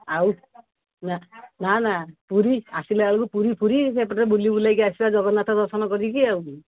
ଆଉ ନା ନା ନା ପୁରୀ ଆସିଲା ବେଳକୁ ପୁରୀ ଫୁରୀ ସେପଟେ ବୁଲି ବୁଲେଇକି ଆସିବା ଜଗନ୍ନାଥ ଦର୍ଶନ କରିକି ଆଉ